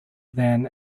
than